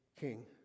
king